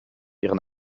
ihren